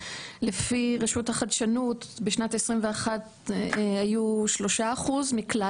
לפי רשות החדשנות בשנת 21' היו 3% מכלל